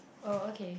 oh okay